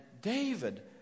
David